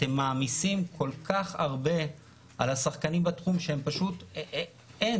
אתם מעמיסים כל כך הרבה על השחקנים בתחום שפשוט אין